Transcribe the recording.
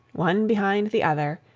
one behind the other,